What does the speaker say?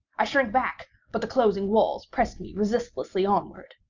i shrank back but the closing walls pressed me resistlessly onward.